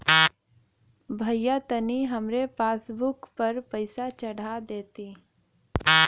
भईया तनि हमरे पासबुक पर पैसा चढ़ा देती